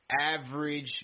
average